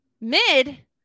Mid